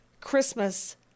Christmas